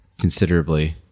considerably